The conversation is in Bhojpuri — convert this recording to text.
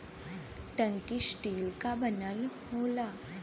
टंकी स्टील क बनल होला